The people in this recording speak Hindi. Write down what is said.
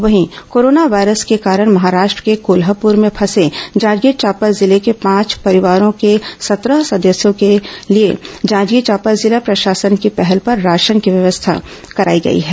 वहीं कोरोना वायरस के कारण महाराष्ट्र के कोल्हापुर में फंसे जांजगीर चांपा जिले के पांच परिवारों के सत्रह सदस्यों के लिए जांजगीर चांपा जिला प्रशासन की पहल पर राशन की व्यवस्था कराई गई है